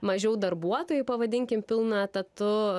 mažiau darbuotojų pavadinkim pilnu etatu